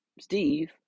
Steve